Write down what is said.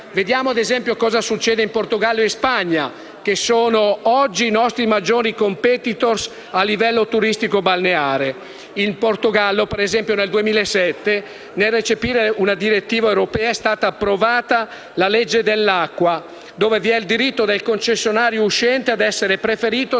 Vediamo, ad esempio, cosa succede in Portogallo e Spagna, che sono oggi i nostri maggiori *competitor* a livello turistico balneare. In Portogallo, ad esempio, nel 2007, nel recepire una direttiva europea, è stata approvata la legge dell'acqua, dove vi è il diritto del concessionario uscente ad essere preferito